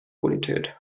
bonität